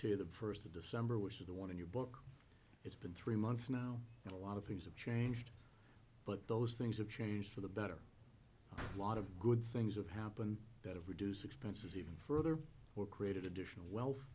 to the first of december which is the one and your book it's been three months now and a lot of things have changed but those things have changed for the better a lot of good things have happened that of reduce expenses even further or created additional wealth